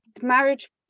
marriage